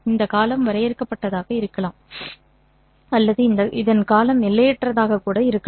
இந்த காலம் வரையறுக்கப்பட்டதாக இருக்கலாம் அல்லது இந்த காலம் எல்லையற்றதாக இருக்கலாம்